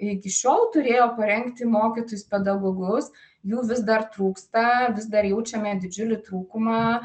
iki šiol turėjo parengti mokytojus pedagogus jų vis dar trūksta vis dar jaučiame didžiulį trūkumą